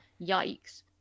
yikes